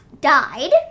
died